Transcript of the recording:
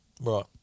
Right